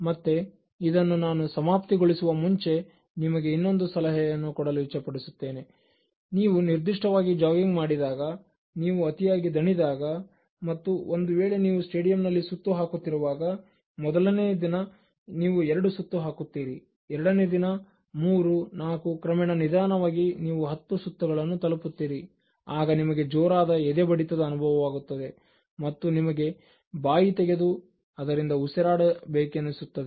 ಮತ್ತೆ ಇದನ್ನು ನಾನು ಸಮಾಪ್ತಿ ಗೊಳಿಸುವ ಮುಂಚೆ ನಿಮಗೆ ಇನ್ನೊಂದು ಸಲಹೆಯನ್ನು ಕೊಡಲು ಬಯಸುತ್ತೇನೆ ನೀವು ನಿರ್ದಿಷ್ಟವಾಗಿ ಜಾಗಿಂಗ್ ಮಾಡಿದಾಗ ನೀವು ಅತಿಯಾಗಿ ದಣಿದಾಗ ಮತ್ತು ಒಂದು ವೇಳೆ ನೀವು ಸ್ಟೇಡಿಯಂನಲ್ಲಿ ಸುತ್ತು ಹಾಕುತ್ತಿರುವಾಗ ಮೊದಲನೇ ದಿನ ನೀವು ಎರಡು ಸುತ್ತು ಹಾಕುತ್ತೀರಿ ಎರಡನೇ ದಿನ 34 ಕ್ರಮೇಣ ನಿಧಾನವಾಗಿ ನೀವು 10 ಸುತ್ತುಗಳನ್ನು ತಲುಪುತ್ತೀರಿ ಆಗ ನಿಮಗೆ ಜೋರಾದ ಎದೆಬಡಿತದ ಅನುಭವವಾಗುತ್ತದೆ ಮತ್ತು ನಿಮಗೆ ಬಾಯಿ ತೆಗೆದು ಅದರಿಂದ ಉಸಿರಾಡಬೇಕು ಎಂದು ಅನಿಸುತ್ತದೆ